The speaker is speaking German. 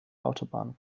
autobahn